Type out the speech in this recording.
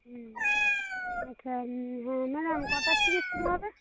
হুম আচ্ছা ম্যাডাম কটার থেকে শুরু হবে